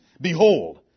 Behold